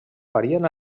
farien